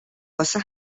واسه